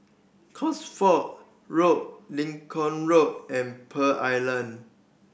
Cosford Road Lincoln Road and Pearl Island